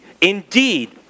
Indeed